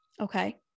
Okay